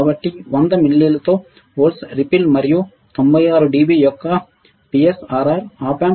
కాబట్టి 100 మిల్లీలతో volts ripple మరియు 96 డిబి యొక్క పిఎస్ఆర్ఆర్ ఆప్ ఆంప్ ఇన్పుట్ 1